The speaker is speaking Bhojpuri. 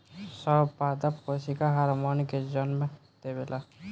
सब पादप कोशिका हार्मोन के जन्म देवेला